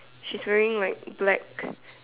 she's wearing like black